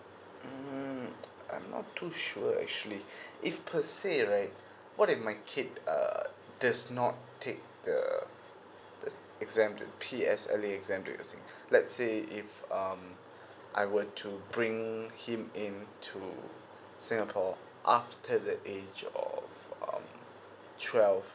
mm I'm not too sure actually if per say right what if my kid err does not take the the exam the P_S_L_E exam do you say let's say if um I were to bring him in to singapore after the age of um twelve